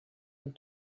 une